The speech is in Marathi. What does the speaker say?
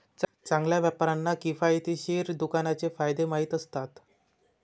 चांगल्या व्यापाऱ्यांना किफायतशीर दुकानाचे फायदे माहीत असतात